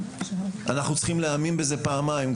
אנחנו צריכים להאמין בזה פעמיים,